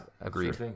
Agreed